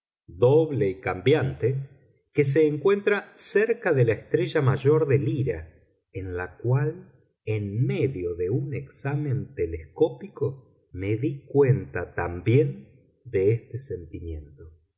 doble y cambiante que se encuentra cerca de la estrella mayor de lira en la cual en medio de un examen telescópico me di cuenta también de este sentimiento